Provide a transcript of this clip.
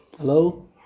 Hello